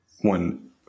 one